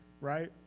right